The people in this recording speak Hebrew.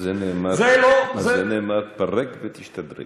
זה לא, על זה נאמר: פרק ותשתדרג.